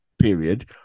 period